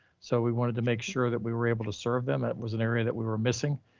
so we wanted to make sure that we were able to serve them. it was an area that we were missing.